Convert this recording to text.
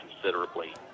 considerably